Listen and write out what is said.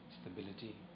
stability